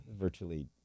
virtually